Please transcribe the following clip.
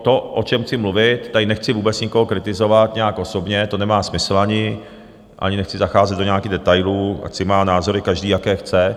To, o čem chci mluvit, tady nechci vůbec nikoho kritizovat nějak osobně, to nemá ani smysl, ani nechci zacházet do nějakých detailů, ať si má názory každý, jaké chce.